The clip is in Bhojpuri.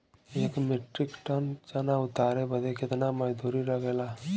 एक मीट्रिक टन चना उतारे बदे कितना मजदूरी लगे ला?